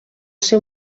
ser